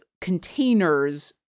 containers